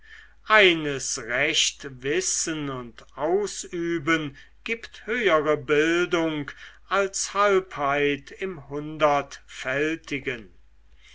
eines recht wissen und ausüben gibt höhere bildung als halbheit im hundertfältigen